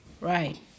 Right